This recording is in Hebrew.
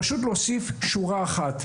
פשוט להוסיף שורה אחת,